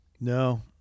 No